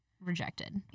rejected